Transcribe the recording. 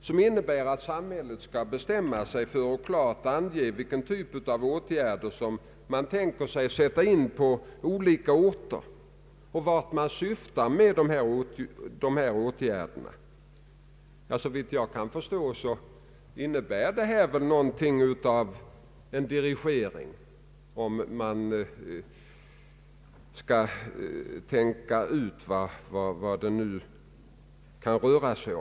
Vi har starkt pläderat för att det måste ske en större satsning inom länen för att man skall kunna bygga upp sådana centra som kan erbjuda fullödig service i olika avseenden. Man kan då få verkliga alternativ och motverka flyttningen till de största städerna i vårt land.